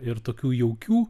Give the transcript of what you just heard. ir tokių jaukių